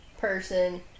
person